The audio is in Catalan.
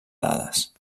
dades